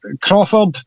Crawford